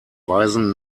weisen